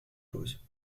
pause